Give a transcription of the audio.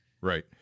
Right